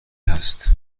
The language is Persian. هست